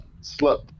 slip